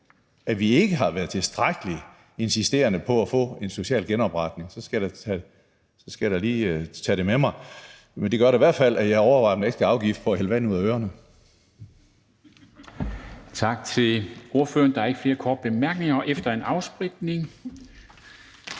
at vi ikke har været tilstrækkelig insisterende på at få en social genopretning, så skal jeg da lige tage det med mig. Men det gør da i hvert fald, at jeg overvejer en ekstra afgift på at hælde vand ud af ørerne. Kl. 11:21 Formanden (Henrik Dam Kristensen): Tak til ordføreren. Der er ikke flere korte bemærkninger, og efter en afspritning